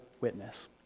witness